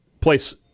place